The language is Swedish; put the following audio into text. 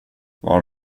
var